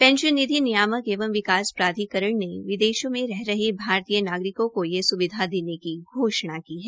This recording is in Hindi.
पेंशन निधि नियामक एवं विकास प्राधिकरण ने विदेशों में रहे भारतीय नागरिकों को यह स्विधा देने की घोषणा की है